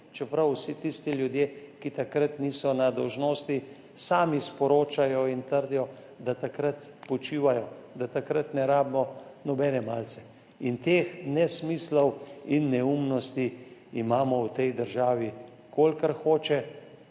čeprav vsi tisti ljudje, ki takrat niso na dolžnosti, sami sporočajo in trdijo, da takrat počivajo, da takrat ne potrebujejo nobene malice. Teh nesmislov, neumnosti imamo v tej državi kolikor hočete,